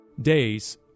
days